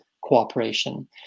cooperation